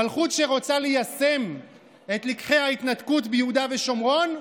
מלכות שרוצה ליישם את לקחי ההתנתקות ביהודה ושומרון?